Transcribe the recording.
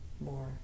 more